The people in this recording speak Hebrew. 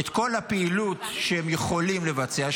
את כל הפעילות שהם יכולים לבצע,